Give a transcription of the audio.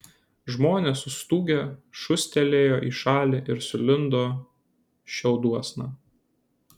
žmonės sustūgę šūstelėjo į šalį ir sulindo šiauduosna